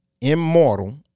immortal